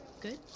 good